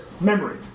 memory